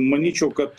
manyčiau kad